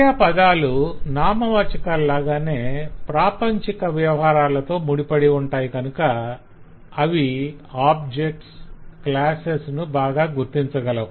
క్రియాపదాలు నామవాచకాలలాగానే ప్రాపంచిక వ్యవహారాలతో ముడిపడి ఉంటాయి కనుక అవి ఆబ్జెక్ట్స్ క్లాసెస్ ను బాగా గుర్తించగలవు